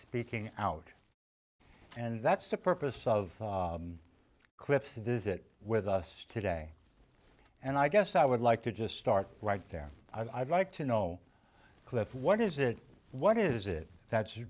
speaking out and that's the purpose of clips to visit with us today and i guess i would like to just start right there i'd like to know cliff what is it what is it that's